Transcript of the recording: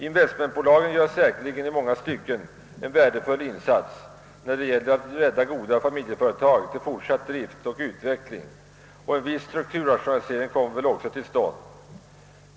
Investmentbolagen gör säkerligen i många stycken en värdefull insats när det gäller att rädda goda familjeföretag till fortsatt drift och utveckling, och en viss strukturrationa lisering kommer väl härigenom också till stånd.